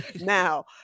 Now